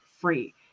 free